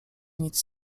nic